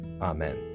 Amen